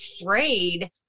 afraid